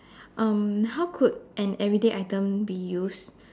um how could an everyday item be used